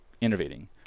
innovating